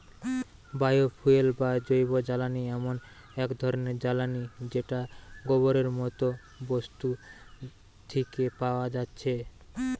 bio fuel বা জৈবজ্বালানি এমন এক ধরণের জ্বালানী যেটা গোবরের মতো বস্তু থিকে পায়া যাচ্ছে